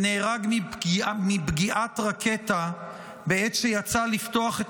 שנהרג מפגיעת רקטה בעת שיצא לפתוח את